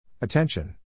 Attention